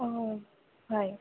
অঁ হয়